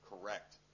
correct